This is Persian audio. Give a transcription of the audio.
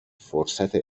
فرصت